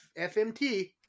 FMT